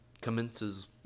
commences